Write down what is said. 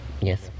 Yes